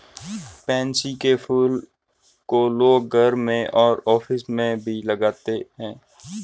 pansy के फूल को लोग घर और ऑफिस में भी लगाते है